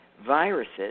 viruses